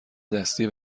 دستی